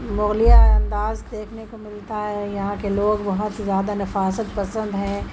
مغلیہ انداز دیکھنے کو ملتا ہے یہاں کے لوگ بہت زیادہ نفاست پسند ہیں